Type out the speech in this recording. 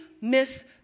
miss